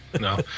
No